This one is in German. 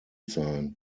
sein